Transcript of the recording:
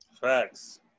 Facts